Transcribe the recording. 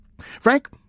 Frank